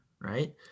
right